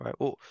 right